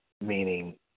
meaning